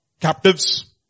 captives